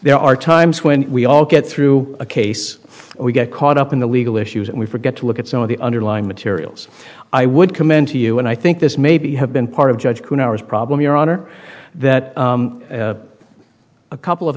there are times when we all get through a case we get caught up in the legal issues and we forget to look at some of the underlying materials i would commend to you and i think this may be have been part of judge who now is problem your honor that a couple of